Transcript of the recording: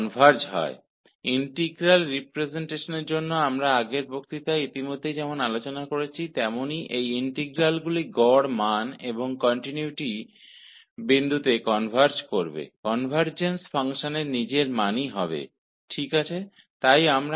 convergence वैसा ही है जैसा कि हम इंटीग्रल रिप्रजेंटेशन के पिछले लेक्चर में पहले ही चर्चा कर चुके हैं ये इंटीग्रल औसत मान में कनवर्ज हो जाएंगे और कन्टीन्युटी मान पर कन्वर्जेन्स फ़ंक्शन के मान के बराबर ही होगा